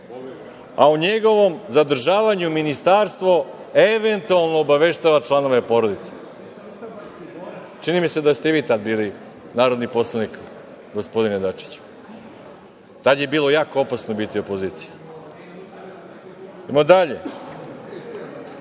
a o njegovom zadržavanju ministarstvo eventualno obaveštava članove porodice. Čini mi se da ste i vi tada bili narodni poslanik, gospodine Dačiću. Tada je bilo jako opasno biti opozicija. Idemo dalje,